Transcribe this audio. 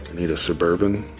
need a suburban,